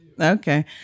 Okay